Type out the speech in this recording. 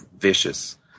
vicious